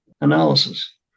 analysis